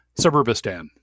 Suburbistan